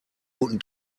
guten